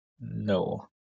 No